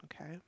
Okay